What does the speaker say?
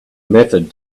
method